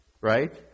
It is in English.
right